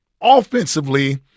Offensively